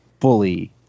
fully